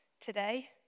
today